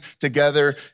together